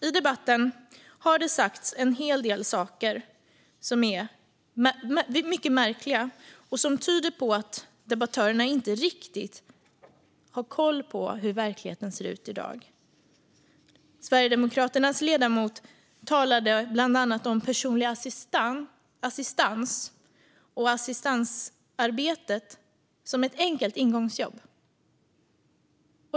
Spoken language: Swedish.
I debatten har det sagts en hel del saker som är mycket märkliga och som tyder på att debattörerna inte riktigt har koll på hur verkligheten ser ut i dag. Sverigedemokraternas ledamot talade bland annat om personlig assistans och assistansarbetet som ett enkelt ingångsjobb.